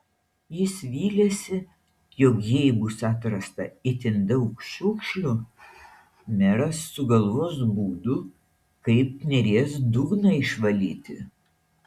jis vylėsi jog jei bus atrasta itin daug šiukšlių meras sugalvos būdų kaip neries dugną išvalyti